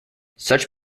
such